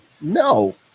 no